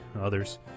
others